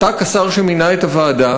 כשר שמינה את הוועדה,